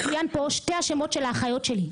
מצוין פה שתי השמות של האחיות שלי.